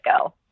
go